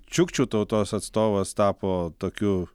čiukčių tautos atstovas tapo tokiu